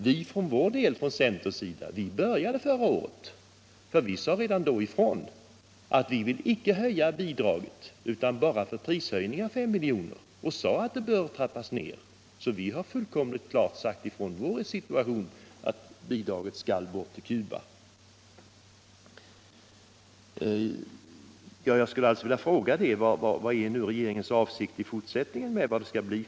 Vi från centerns sida började här förra året, för vi sade redan då ifrån att vi icke ville höja bidraget utan bara för prishöjningarnas skull gick med på en ökning med 5 miljoner. Vi sade att bidraget bör trappas ned. Vi har alltså fullkomligt klart. sagt ifrån vår inställning till bidraget till Cuba. Jag skulle alltså vilja fråga: Vad är regeringens avsikt i fortsättningen då det gäller Cuba?